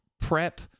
prep